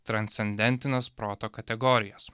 transcendentines proto kategorijas